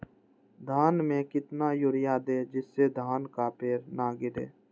धान में कितना यूरिया दे जिससे धान का पेड़ ना गिरे?